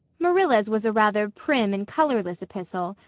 marilla's was a rather prim and colorless epistle,